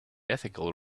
ethical